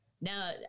Now